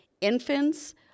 infants